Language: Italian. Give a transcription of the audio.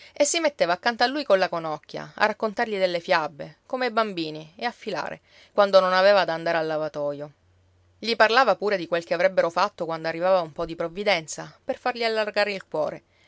e si metteva accanto a lui colla conocchia a raccontargli delle fiabe come ai bambini e a filare quando non aveva da andare al lavatoio gli parlava pure di quel che avrebbero fatto quando arrivava un po di provvidenza per fargli allargare il cuore